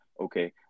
Okay